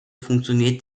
funktioniert